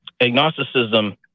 agnosticism